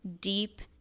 deep